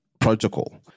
protocol